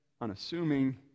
unassuming